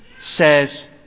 says